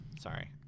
Sorry